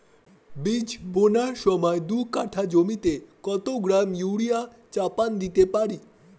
বীজ বোনার সময় দু কাঠা জমিতে কত গ্রাম ইউরিয়া চাপান দিতে পারি?